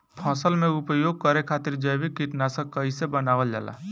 फसल में उपयोग करे खातिर जैविक कीटनाशक कइसे बनावल जाला?